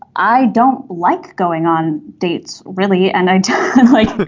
i don't like going on dates really. and i like that.